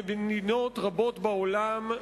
במדינות רבות בעולם,